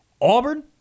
Auburn